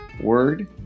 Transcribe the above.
word